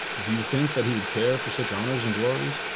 do you think that he would care for such honors and glories?